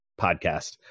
podcast